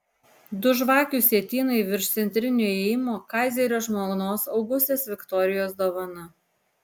du žvakių sietynai virš centrinio įėjimo kaizerio žmonos augustės viktorijos dovana